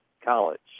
College